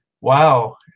wow